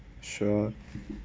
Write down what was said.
sure